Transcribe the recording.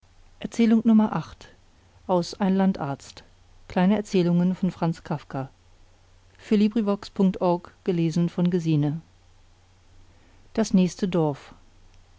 erzählungen das nächste dorf